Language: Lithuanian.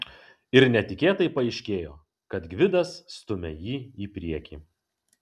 ir netikėtai paaiškėjo kad gvidas stumia jį į priekį